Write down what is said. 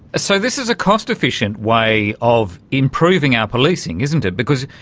so this is a cost efficient way of improving our policing, isn't it, because,